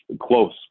close